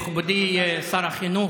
מכובדי שר החינוך,